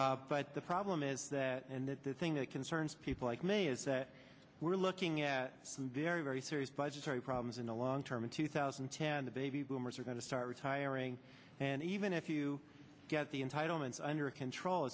but the problem is that and that the thing that concerns people like me is that we're looking at some very very serious budgetary problems in the long term in two thousand and ten the baby boomers are going to start retiring and even if you get the entitlements under control